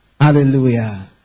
Hallelujah